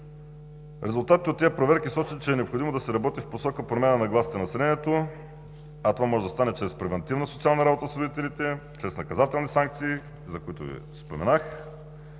Резултатите от тези проверки сочат, че е необходимо да се работи в посока промяна на нагласите на населението, а това може да стане чрез превантивна социална работа с родителите, чрез наказателни санкции, за които Ви споменах,